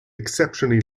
exceptionally